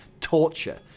torture